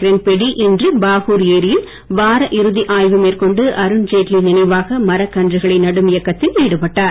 கிரண்பேடி இன்று பாகூர் ஏரியில் வார இறுதி ஆய்வு மேற்கொண்டு அருண்ஜெட்லி நினைவாக மரக் கன்றுகளை நடும் இயக்கத்தில் ஈடுபட்டார்